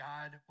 God